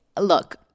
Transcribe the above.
look